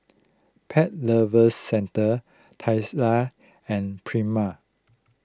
Pet Lovers Centre Tesla and Prima